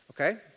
Okay